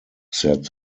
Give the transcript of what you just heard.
said